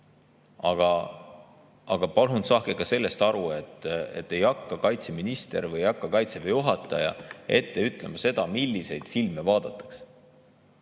Aga palun saage aru, et ei hakka kaitseminister ega ei hakka Kaitseväe juhataja ette ütlema seda, milliseid filme vaadatakse,